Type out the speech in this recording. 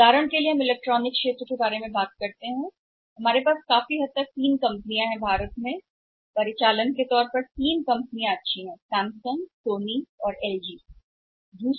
उदाहरण के लिए हम इलेक्ट्रॉनिक क्षेत्र के इलेक्ट्रॉनिक्स के बारे में बात करते हैं जो हमारे पास काफी हद तक 3 कंपनियां हैं भारत में परिचालन भारतीय कंपनियों सैमसंग सोनी और एलजी में परिचालन अच्छा है